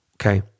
okay